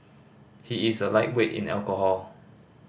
he is a lightweight in alcohol